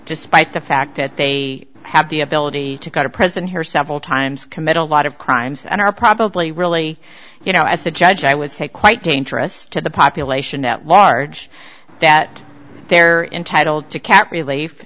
despite the fact that they have the ability to go to present here several times commit a lot of crimes and are probably really you know as a judge i would say quite dangerous to the population at large that they're entitled to ca